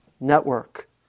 network